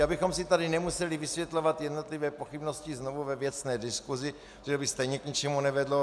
Abychom si tady nemuseli vysvětlovat jednotlivé pochybnosti znovu ve věcné diskusi, protože by to stejně k ničemu nevedlo.